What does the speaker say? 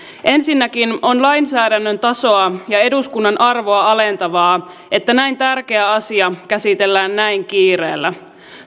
ensinnäkin on lainsäädännön tasoa ja eduskunnan arvoa alentavaa että näin tärkeä asia käsitellään näin kiireellä